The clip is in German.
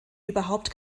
überhaupt